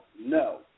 no